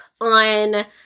on